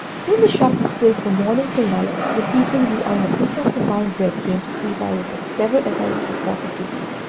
soon, the shop was filled from morning till night, with people who on the pretence of buying bread came to see if i was as clever as i was reported to be.